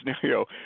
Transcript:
scenario